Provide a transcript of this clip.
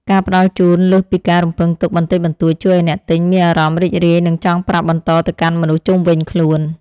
ការផ្តល់ជូនលើសពីការរំពឹងទុកបន្តិចបន្តួចជួយឱ្យអ្នកទិញមានអារម្មណ៍រីករាយនិងចង់ប្រាប់បន្តទៅកាន់មនុស្សជុំវិញខ្លួន។